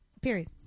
Period